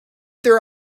their